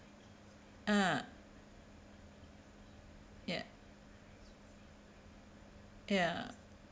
ah ya ya